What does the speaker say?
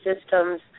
systems